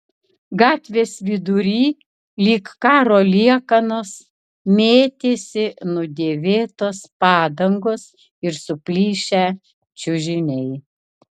gatvės vidury lyg karo liekanos mėtėsi nudėvėtos padangos ir suplyšę čiužiniai